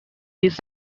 this